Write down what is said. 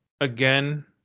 again